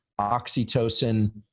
oxytocin